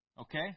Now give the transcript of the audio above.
Okay